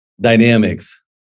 dynamics